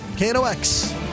KNOX